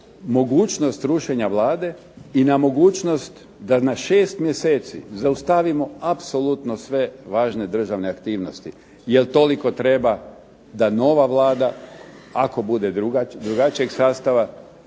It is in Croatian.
mogućnost rušenja Vlade i na mogućnost da na šest mjeseci zaustavimo apsolutno sve važne državne aktivnosti jer toliko treba da nova Vlada, ako bude drugačijeg sastava